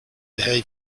behavior